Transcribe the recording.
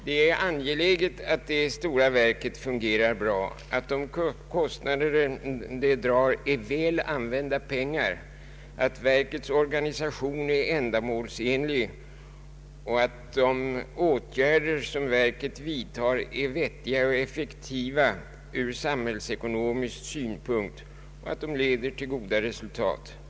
Det är angeläget att det stora verket fungerar bra, att de kostnader det drar är väl använda pengar, att verkets organisation är ändamålsenlig och att de åtgärder som verket vidtar är vettiga och effektiva från samhällsekonomisk synpunkt och leder till goda resultat.